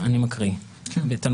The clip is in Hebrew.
נמצאים אתנו מהנהלת בתי